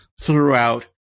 throughout